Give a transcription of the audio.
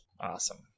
Awesome